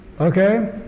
okay